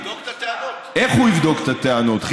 יבדוק את הטענות.